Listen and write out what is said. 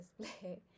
display